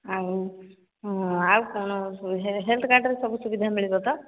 ଆଉ ହଁ ଆଉ କ'ଣ ହେଲ୍ଥ କାର୍ଡ୍ରେ ସବୁ ସୁବିଧା ମିଳିବ ତ